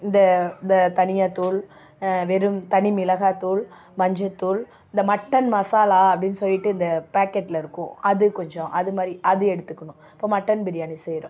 இந்த இந்த தனியா தூள் வெறும் தனிமிளகாய் தூள் மஞ்சள் தூள் இந்த மட்டன் மசாலா அப்படின்னு சொல்லிட்டு இந்த பாக்கெட்டில் இருக்கும் அது கொஞ்சம் அது மாதிரி அது எடுத்துக்கணும் இப்போ மட்டன் பிரியாணி செய்கிறோம்